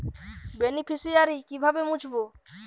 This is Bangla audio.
বেনিফিসিয়ারি কিভাবে মুছব?